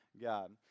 God